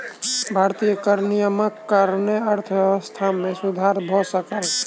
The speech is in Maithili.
भारतीय कर नियमक कारणेँ अर्थव्यवस्था मे सुधर भ सकल